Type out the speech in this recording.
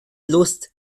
lust